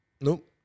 Nope